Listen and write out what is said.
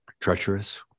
treacherous